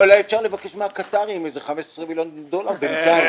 אולי אפשר לבקש מהקטארים איזה 15 מיליון דולר במזומן.